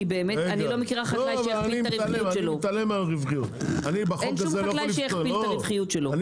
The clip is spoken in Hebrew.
כי באמת אני לא מכירה חקלאי שהכפיל את הרווחיות שלו.